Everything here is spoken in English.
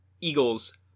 eagles